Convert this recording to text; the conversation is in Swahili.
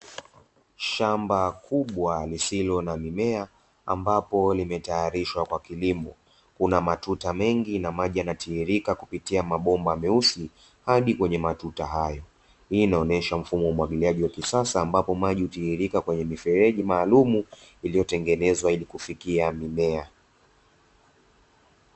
Shamba kubwa lisilo na mimea ambapo limetayarishwa kwa kilimo, kuna matuta mengi na maji yanatiririka kupitia mabomba meusi hadi kwenye matuta hayo. Hii inaonyesha mfumo wa umwagiliaji wa kisasa ambapo maji hutiririka kwenye mifereji maalumu, iliyotengenezwa ili kufikia mimea.